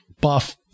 buff